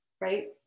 right